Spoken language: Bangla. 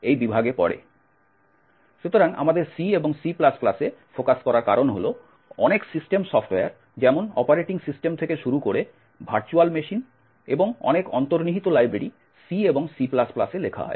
সুতরাং আমাদের C এবং C এ ফোকাস করার কারণ হল অনেক সিস্টেম সফ্টওয়্যার যেমন অপারেটিং সিস্টেম থেকে শুরু করে ভার্চুয়াল মেশিন এবং অনেক অন্তর্নিহিত লাইব্রেরি C এবং C এ লেখা হয়